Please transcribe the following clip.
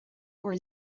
bhur